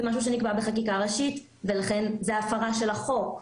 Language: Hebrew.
זה משהו שנקבע בחקיקה ראשית ולכן זה הפרה של החוק.